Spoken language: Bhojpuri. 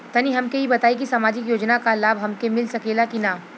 तनि हमके इ बताईं की सामाजिक योजना क लाभ हमके मिल सकेला की ना?